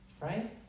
right